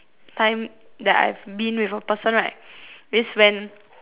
time that I've been with a person right is when